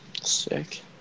Sick